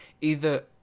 either-